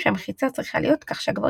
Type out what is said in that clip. היהודית, הן